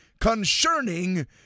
concerning